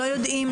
לא יודעים,